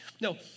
No